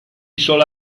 sola